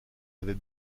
avait